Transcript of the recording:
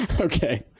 Okay